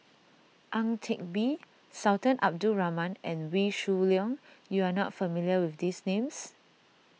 Ang Teck Bee Sultan Abdul Rahman and Wee Shoo Leong you are not familiar with these names